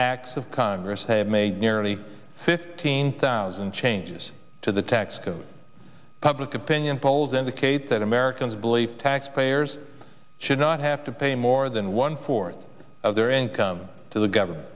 acts of congress have made nearly fifteen thousand changes to the tax code public opinion polls indicate that americans believe taxpayers should not have to pay more than one fourth of their income to the government